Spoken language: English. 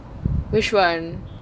which one